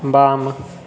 बाम